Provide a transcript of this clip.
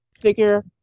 figure